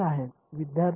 विद्यार्थी बरोबर